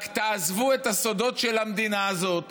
רק תעזבו את הסודות של המדינה הזאת,